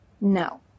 No